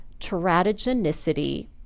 teratogenicity